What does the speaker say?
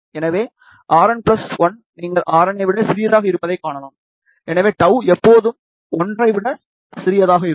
எனவே Rn 1 நீங்கள் Rn ஐ விட சிறியதாக இருப்பதைக் காணலாம் எனவே τ எப்போதும் 1 ஐ விட சிறியதாக இருக்கும்